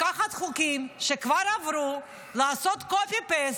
לקחת חוקים שכבר עברו, לעשות copy-paste